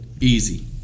Easy